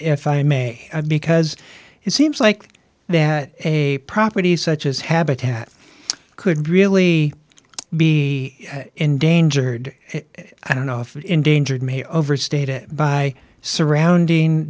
if i may because it seems like that a property such as habitat could really be endangered i don't know if it endangered may overstate it by surrounding